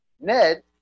Ned